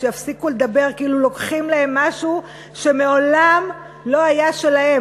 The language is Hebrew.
שיפסיקו לדבר כאילו לוקחים להם משהו שמעולם לא היה שלהם.